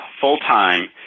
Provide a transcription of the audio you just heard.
full-time